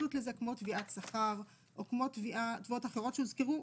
בהתייחסות לזה כמו תביעת שכר או כמו תביעות אחרות שהוזכרו,